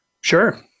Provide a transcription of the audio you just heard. Sure